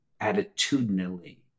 attitudinally